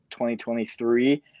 2023